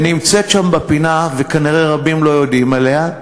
שנמצאת שם בפינה, וכנראה רבים לא יודעים עליה,